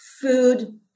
food